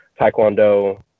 taekwondo